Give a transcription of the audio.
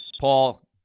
Paul